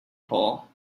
hall